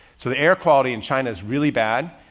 so the air quality in china is really bad.